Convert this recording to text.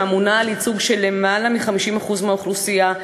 שאמונה על ייצוג של יותר מ-50% מהאוכלוסייה,